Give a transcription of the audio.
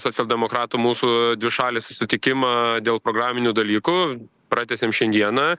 socialdemokratų mūsų dvišalį susitikimą dėl programinių dalykų pratęsėm šiandieną